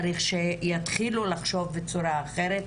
צריך שיתחילו לחשוב בצורה אחרת.